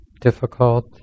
difficult